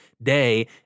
day